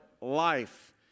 life